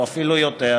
אפילו יותר,